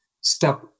step